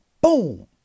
boom